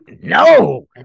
no